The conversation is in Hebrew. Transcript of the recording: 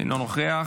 אינו נוכח.